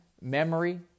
memory